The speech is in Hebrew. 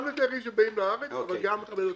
גם לתיירים שבאים לארץ וגם לכבד אותנו.